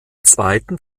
zweiten